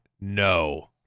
no